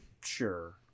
Sure